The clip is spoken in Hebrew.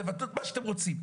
תבטלו את מה שאתם רוצים,